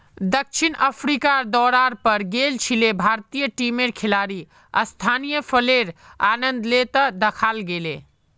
दक्षिण अफ्रीकार दौरार पर गेल छिले भारतीय टीमेर खिलाड़ी स्थानीय फलेर आनंद ले त दखाल गेले